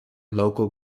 local